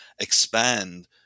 expand